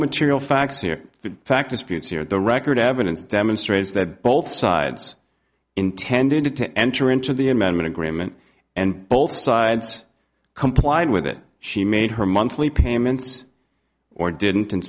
material facts here the fact is peanuts here at the record evidence demonstrates that both sides intended to enter into the amendment agreement and both sides complied with it she made her monthly payments or didn't in